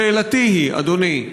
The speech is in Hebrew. שאלתי היא, אדוני,